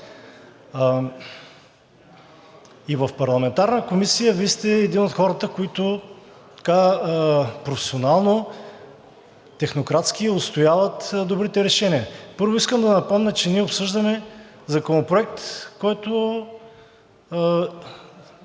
В парламентарната Комисия Вие сте един от хората, които професионално, технократски отстояват добрите решения. Първо искам да напомня, че ние обсъждаме Законопроект, който